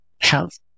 health